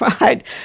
right